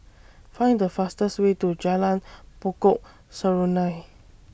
Find The fastest Way to Jalan Pokok Serunai